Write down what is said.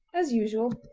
as usual,